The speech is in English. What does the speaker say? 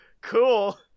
cool